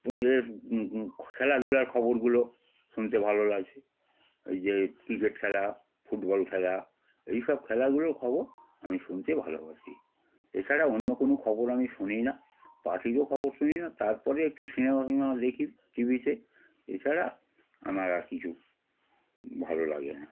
কোনো জায়গার খেলাধুলার খবরগুলো শুনতে ভালো লাগছে ওই যে ক্রিকেট খেলা ফুটবল খেলা এই সব খেলাগুলোর খবর আমি শুনতে ভালোবাসি এছাড়া অন্য কোনো খবর আমি শুনি না পার্টিরও খবর শুনি না তার পরে একটু সিনেমা ফিনেমা দেখি টি ভিতে এছাড়া আমার আর কিছু ভালো লাগে না